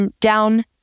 down